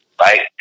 right